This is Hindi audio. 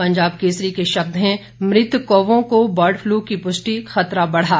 पंजाब केसरी के शब्द हैं मृत कौवों को बर्ड फ्लू की पुष्टि खतरा बढ़ा